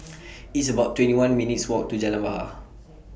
It's about twenty one minutes' Walk to Jalan Bahar